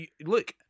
look